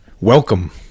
Welcome